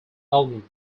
album